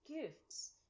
gifts